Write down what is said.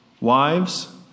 Wives